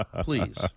Please